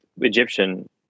Egyptian